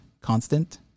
constant